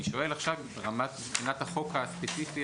אני שואל עכשיו ברמת בחינת החוק הספציפי